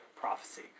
prophecy